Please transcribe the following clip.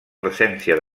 presència